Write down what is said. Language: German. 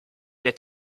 der